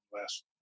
last